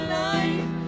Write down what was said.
life